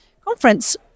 conference